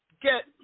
get